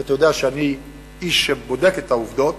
כי אתה יודע שאני איש שבודק את העובדות,